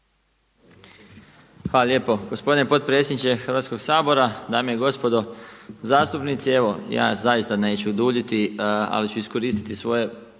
Hvala lijepo gospodine potpredsjedniče Hrvatskog sabora, dame i gospodo zastupnici, ja evo zaista neću duljiti, ali ću iskoristiti svoje